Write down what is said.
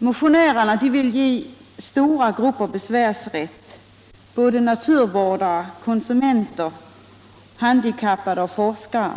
Motionärerna vill ge stora grupper besvärsrätt. Det gäller naturvårdare, konsumenter, handikappade och forskare.